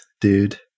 dude